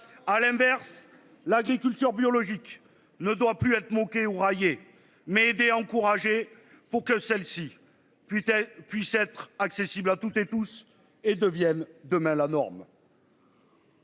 À l'inverse, l'agriculture biologique ne doit plus être moqué ou raillé m'aider encourager. Pour que celle-ci peut-être puisse être accessible à toutes et tous et devienne demain la norme.